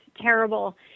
terrible